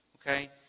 Okay